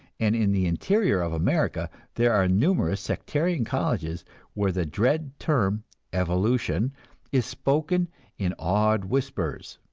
and in the interior of america there are numerous sectarian colleges where the dread term evolution is spoken in awed whispers.